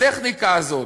הטכניקה הזאת,